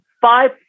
five